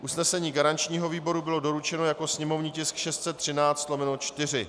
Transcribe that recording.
Usnesení garančního výboru bylo doručeno jako sněmovní tisk 613/4.